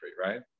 right